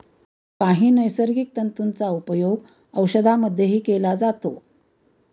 काही नैसर्गिक तंतूंचा उपयोग औषधांमध्येही केला जातो